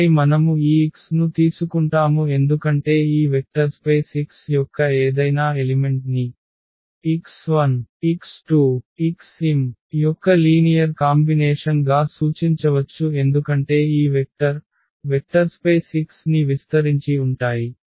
ఆపై మనము ఈ X ను తీసుకుంటాము ఎందుకంటే ఈ వెక్టర్స్పేస్ X యొక్క ఏదైనా ఎలిమెంట్ ని x1x2xm యొక్క లీనియర్ కాంబినేషన్ గా సూచించవచ్చు ఎందుకంటే ఈ వెక్టర్s వెక్టర్స్పేస్ X ని విస్తరించి ఉంటాయి